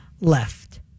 left